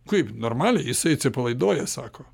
kaip normaliai jisai atsipalaiduoja sako